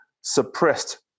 suppressed